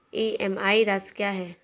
EMI राशि क्या है?